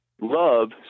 Love